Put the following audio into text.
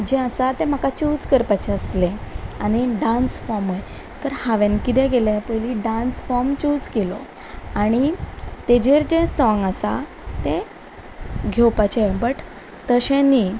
जे आसा ते म्हाका चूज करपाचें आसलें आनी डांस फॉर्मय तर हांवें किदें केलें पयली डांस फॉर्म चूज केलो आनी ताजेर जे सोंग आसा ते घेवपाचे बट तशें न्हय